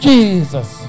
Jesus